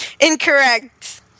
Incorrect